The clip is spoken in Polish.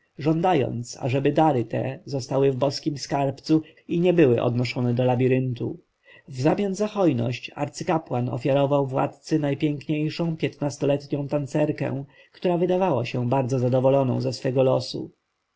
żądając aby dary te zostały w boskim skarbcu i nie były odnoszone do labiryntu wzamian za hojność arcykapłan ofiarował władcy najpiękniejszą piętnastoletnią tancerkę która wydawała się bardzo zadowoloną ze swego losu